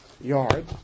yard